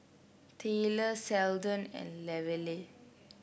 Tylor Seldon and Lavelle